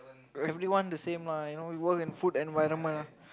everyone the same lah you know you work in food environment ah